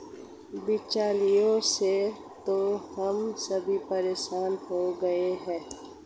बिचौलियों से तो हम सभी परेशान हो गए हैं